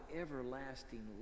everlasting